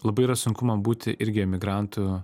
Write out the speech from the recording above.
labai yra sunku man būti irgi emigrantu